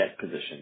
position